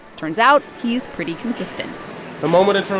turns out, he's pretty consistent the moment of